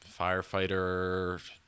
Firefighter